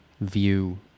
view